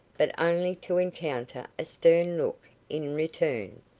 but only to encounter a stern look in return.